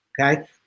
Okay